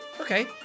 Okay